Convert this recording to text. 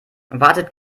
wartet